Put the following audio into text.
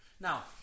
Now